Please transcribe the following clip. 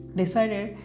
decided